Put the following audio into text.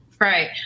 right